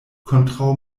kontraŭ